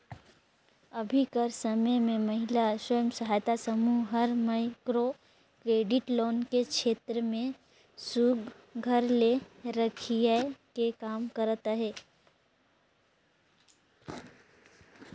अभीं कर समे में महिला स्व सहायता समूह हर माइक्रो क्रेडिट लोन के छेत्र में सुग्घर ले रोखियाए के काम करत अहे